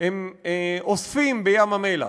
אוספים בים-המלח.